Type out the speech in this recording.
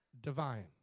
divine